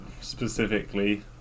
specifically